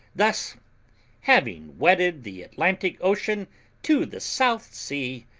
thus having wedded the atlantic ocean to the south sea,